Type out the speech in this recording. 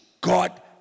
God